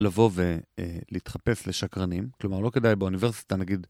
לבוא ולהתחפש לשקרנים, כלומר, לא כדאי באוניברסיטה נגיד...